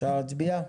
אפשר להצביע?